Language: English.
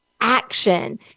action